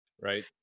right